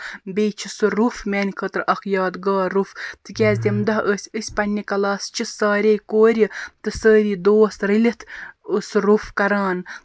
بیٚیہِ چھُ سُہ روٚف میٛانہِ خٲطرٕ اکھ یادگار روٚف تِکیٛازِ تَمہِ دۄہ ٲسۍ أسۍ پَنٕنہِ کَلاسہٕ چہِ ساریٚے کورِ تہٕ سٲری دوس رٔلِتھ اوس روٚف کران